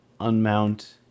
unmount